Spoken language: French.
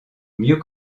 mieux